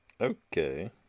Okay